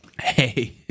hey